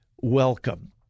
welcome